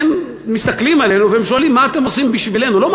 הם מסתכלים עלינו ושואלים: מה אתם עושים בשבילנו?